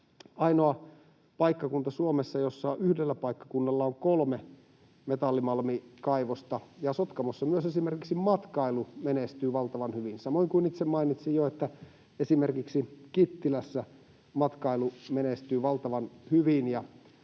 ainoa paikkakunta Suomessa, jossa yhdellä paikkakunnalla on kolme metallimalmikaivosta, ja Sotkamossa myös esimerkiksi matkailu menestyy valtavan hyvin samoin kuin, niin kuin itse mainitsin jo, esimerkiksi Kittilässä matkailu menestyy valtavan hyvin.